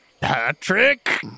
Patrick